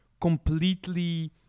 completely